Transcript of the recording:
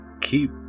keep